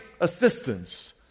assistance